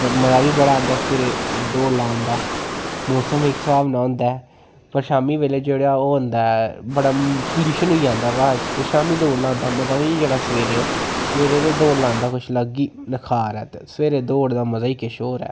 मजा बी बड़ा आंदा सवेरे दौड़ लान दा मौसम बी सुहावना होंदा ऐ पर शाम्मी बेल्लै जेह्ड़ा ओह् होंदा ऐ बड़ा पल्युशन होई जंदा ब्हाऽ च ते शाम्मी दौड़ लान दा मजा बी नी ऐ जेह्ड़ा सवेरे ऐ सवेरे ते दौड़ लान दा कुछ अलग ही नखार ऐ ते सवेरे दौड़ दा मजा ही किश होर ऐ